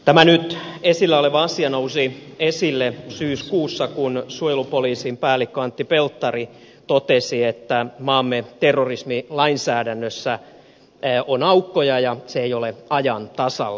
tämä nyt esillä oleva asia nousi esille syyskuussa kun suojelupoliisin päällikkö antti pelttari totesi että maamme terrorismilainsäädännössä on aukkoja ja se ei ole ajan tasalla